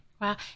Wow